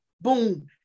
Boom